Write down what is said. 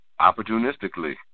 opportunistically